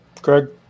Greg